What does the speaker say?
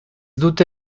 dute